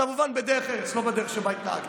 כמובן בדרך ארץ, ולא בדרך שבה התנהגת.